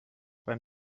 beim